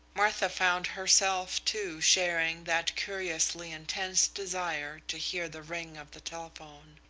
martha found herself, too, sharing that curiously intense desire to hear the ring of the telephone.